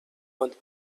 want